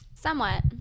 Somewhat